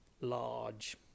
large